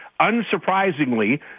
unsurprisingly